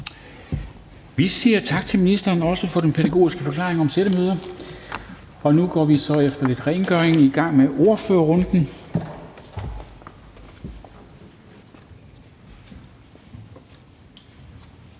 Vi siger tak til ministeren – også for den pædagogiske forklaring på sættemøder. Nu går vi så efter lidt rengøring i gang med ordførerrunden.